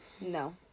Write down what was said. No